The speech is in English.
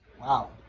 Wow